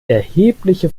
erhebliche